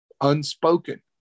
unspoken